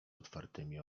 otwartymi